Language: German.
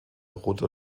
roter